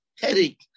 headache